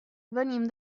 venim